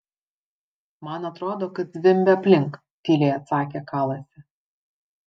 man atrodo kad zvimbia aplink tyliai atsakė kalasi